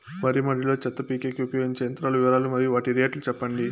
వరి మడి లో చెత్త పీకేకి ఉపయోగించే యంత్రాల వివరాలు మరియు వాటి రేట్లు చెప్పండి?